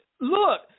Look